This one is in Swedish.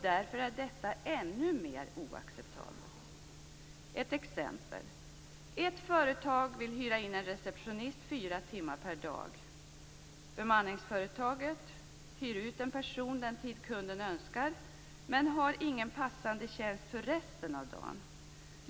Därför är detta ännu mer oacceptabelt. Ett exempel: Ett företag vill hyra in en receptionist fyra timmar per dag. Bemanningsföretaget hyr ut en person den tid kunden önskar men har ingen passande tjänst för resten av dagen.